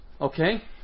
Okay